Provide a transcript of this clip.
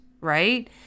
Right